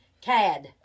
Cad